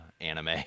anime